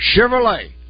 Chevrolet